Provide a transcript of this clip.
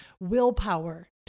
willpower